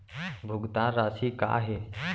भुगतान राशि का हे?